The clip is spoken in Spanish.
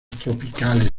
tropicales